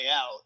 out